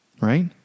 Right